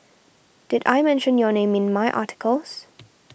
did I mention your name in my articles